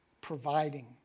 providing